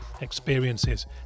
experiences